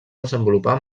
desenvolupar